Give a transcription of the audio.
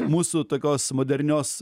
mūsų tokios modernios